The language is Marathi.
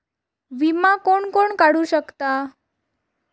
विमा कोण कोण काढू शकता?